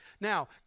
Now